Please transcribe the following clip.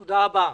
בבקשה.